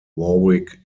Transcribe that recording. warwick